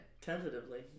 Tentatively